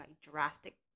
drastic